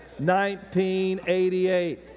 1988